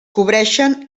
cobreixen